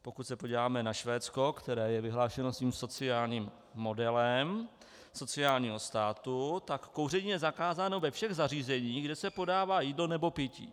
Pokud se podíváme na Švédsko, které je vyhlášeno svým sociálním modelem sociálního státu, tak kouření je zakázáno ve všech zařízeních, kde se podává jídlo nebo pití.